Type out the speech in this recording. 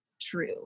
true